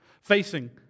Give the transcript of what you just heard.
Facing